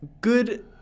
good